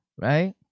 Right